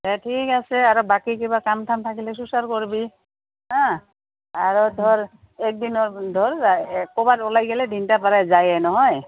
ঠিক আছে আৰু বাকী কিবা কাম থাম থাকিলে কৰিবি হা আৰু ধৰ একদিনৰ ধৰ ক'ৰবাত ওলাই গ'লে পাৰা যায়য়েই নহয়